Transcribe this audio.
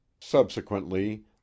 subsequently